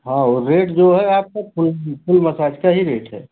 हाँ वो रेट जो है आपका फूल फूल मसाज का ही रेट है